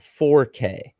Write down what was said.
4K